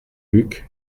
luc